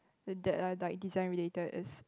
the that are like design related is